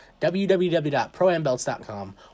www.proambelts.com